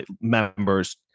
members